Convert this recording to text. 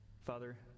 Father